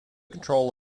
control